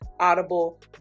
audible